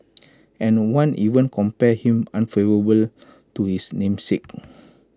and one even compared him unfavourably to his namesake